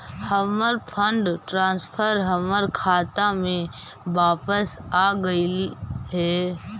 हमर fund transfer हमर खाता में वापस आगईल हे